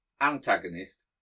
Antagonist